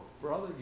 brother